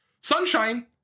Sunshine